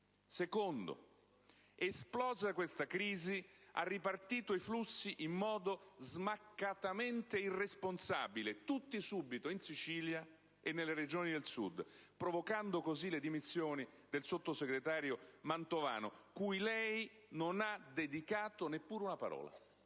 Secondo. Esplosa la crisi, il Governo ha ripartito i flussi in modo smaccatamente irresponsabile - tutti subito in Sicilia e nelle Regioni del Sud - provocando così le dimissioni del sottosegretario Mantovano, cui lei non ha dedicato neppure una parola.